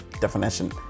definition